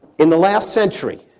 in the last century,